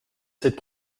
cette